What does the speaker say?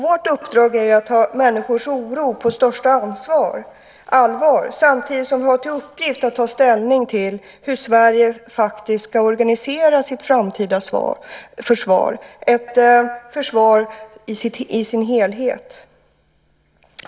Vårt uppdrag är att ta människors oro på största allvar, samtidigt som vi har till uppgift att ta ställning till hur Sverige faktiskt ska organisera sitt framtida försvar, ett försvar i sin helhet.